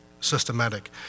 systematic